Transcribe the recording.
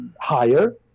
higher